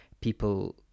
people